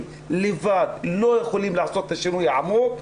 לבד לא יכולים לעשות את השינוי העמוק,